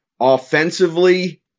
Offensively